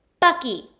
Bucky